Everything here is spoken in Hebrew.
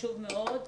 מאוד,